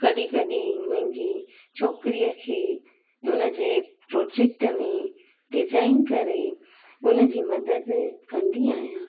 कॾहिं कॾहिं मुंहिंजी छोकिरीअ खे उन जे प्रोजेक्ट में डिज़ाइन करे उन जी मदद कंदी आयां